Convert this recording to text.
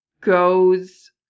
goes